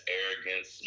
arrogance